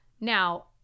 Now